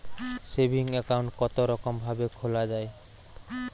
Saving account কতরকম ভাবে খোলা য়ায়?